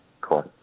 Cool